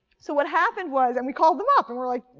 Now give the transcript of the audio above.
so what happened was and we called them up and we're like,